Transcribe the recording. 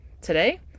today